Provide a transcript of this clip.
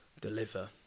deliver